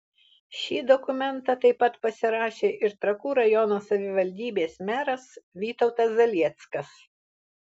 šį dokumentą taip pat pasirašė ir trakų rajono savivaldybės meras vytautas zalieckas